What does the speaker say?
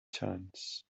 chance